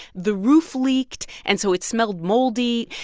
the roof leaked, and so it smelled moldy.